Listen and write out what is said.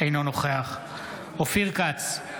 אינו נוכח אופיר כץ,